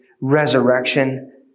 resurrection